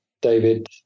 David